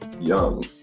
Young